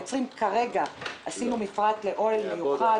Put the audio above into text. עשינו מפרט לאוהל מיוחד,